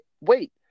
wait